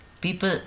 People